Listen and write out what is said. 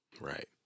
Right